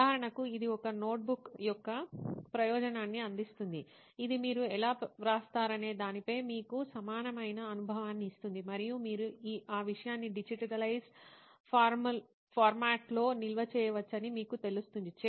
ఉదాహరణకు ఇది ఒక నోట్బుక్ యొక్క ప్రయోజనాన్ని అందిస్తోంది ఇది మీరు ఎలా వ్రాస్తారనే దానిపై మీకు సమానమైన అనుభవాన్ని ఇస్తుంది మరియు మీరు ఆ విషయాన్ని డిజిటలైజ్డ్ ఫార్మాట్లో నిల్వ చేయవచ్చని మీకు తెలుస్తుంది